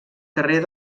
carrer